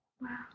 wow